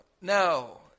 no